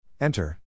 Enter